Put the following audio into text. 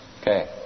Okay